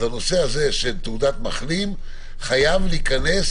אז הנושא הזה של תעודת מחלים חייב להיכנס